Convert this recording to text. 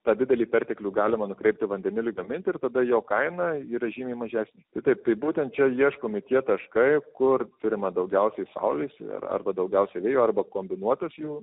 tą didelį perteklių galima nukreipti vandeniliui gaminti ir tada jo kaina yra žymiai mažesnė tai taip būtent čia ieškomi tie taškai kur turima daugiausiai saulės ir arba daugiausiai vėjo arba kombinuotas jų